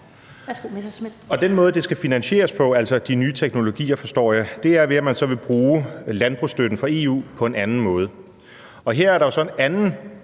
Og den måde, det så skal finansieres på – altså de nye teknologier, forstår jeg – er så ved at bruge landbrugsstøtten fra EU på en anden måde. Og her er der jo så en anden